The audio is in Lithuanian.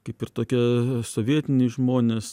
kaip ir tokia sovietiniai žmonės